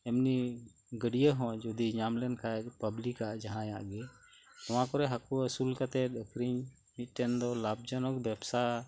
ᱮᱢᱱᱤ ᱜᱟᱹᱰᱭᱟᱹᱦᱚᱸ ᱡᱚᱫᱤ ᱧᱟᱢ ᱞᱮᱱᱠᱷᱟᱡ ᱯᱟᱵᱞᱤᱠᱟᱜ ᱡᱟᱦᱟᱸᱭᱟᱜ ᱜᱤ ᱱᱚᱣᱟ ᱠᱚᱨᱮ ᱦᱟᱠᱩ ᱟᱹᱥᱩᱞ ᱠᱟᱛᱮᱫ ᱟᱹᱠᱷᱨᱤᱧ ᱢᱤᱫᱴᱮᱱ ᱫᱚ ᱞᱟᱵ ᱡᱚᱱᱚᱠ ᱵᱮᱯᱥᱟ